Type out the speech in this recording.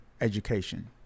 education